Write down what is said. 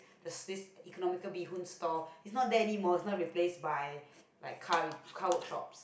there's this economical bee-hoon stall is not there anymore is now replaced by like car work car workshops